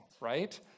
right